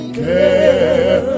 care